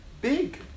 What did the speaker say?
big